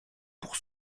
pour